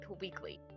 Weekly